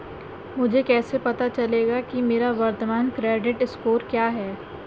मुझे कैसे पता चलेगा कि मेरा वर्तमान क्रेडिट स्कोर क्या है?